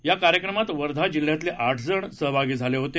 या कार्यक्रमात वर्धा जिल्ह्यातले आठ जण सहभागी झाले होते